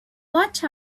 watch